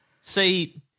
See